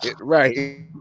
Right